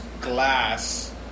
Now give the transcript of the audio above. glass